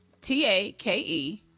T-A-K-E